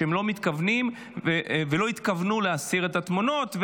שהם לא מתכוונים ולא התכוונו להסיר את התמונות,